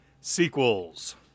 Sequels